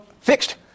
fixed